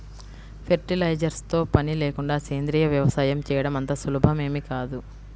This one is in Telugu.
ఫెర్టిలైజర్స్ తో పని లేకుండా సేంద్రీయ వ్యవసాయం చేయడం అంత సులభమేమీ కాదు